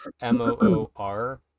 M-O-O-R